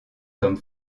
comme